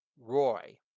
Roy